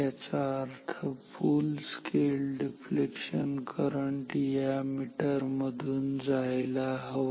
याचा अर्थ full scale deflection current या मीटर मधून जायला हवा